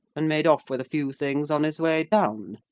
and made off with a few things on his way down!